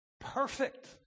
perfect